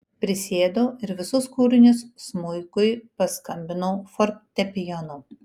prisėdau ir visus kūrinius smuikui paskambinau fortepijonu